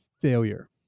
failure